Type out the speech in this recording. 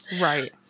Right